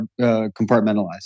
compartmentalized